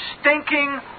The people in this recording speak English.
stinking